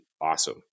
awesome